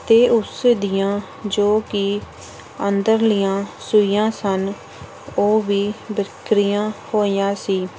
ਅਤੇ ਉਸ ਦੀਆਂ ਜੋ ਕਿ ਅੰਦਰਲੀਆਂ ਸੂਈਆਂ ਸਨ ਉਹ ਵੀ ਵਿੱਖਰੀਆਂ ਹੋਈਆਂ ਸੀ